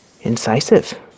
Incisive